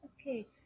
Okay